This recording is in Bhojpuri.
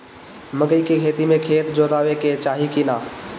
मकई के खेती मे खेत जोतावे के चाही किना?